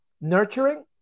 nurturing